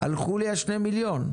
הלכו לי שני מיליון.